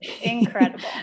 Incredible